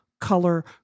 color